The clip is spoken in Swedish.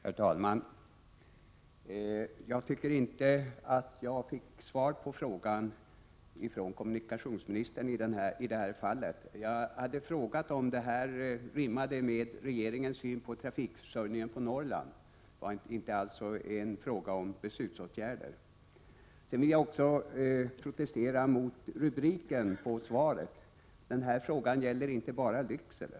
Herr talman! Jag tycker inte att jag av kommunikationsministern fick något svar på min fråga. Jag har frågat om denna tågindragning rimmar med regeringens syn på trafikförsörjningen i Norrland. Det gällde alltså inte frågan om beslutsåtgärder. Jag vill också protestera mot den rubrik som satts på min fråga. Frågan gäller inte bara Lycksele.